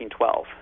1912